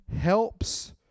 Helps